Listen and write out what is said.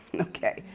okay